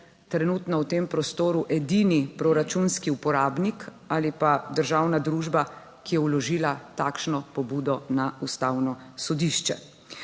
trenutno v tem prostoru edini proračunski uporabnik ali pa državna družba, ki je vložila takšno pobudo na Ustavno sodišče.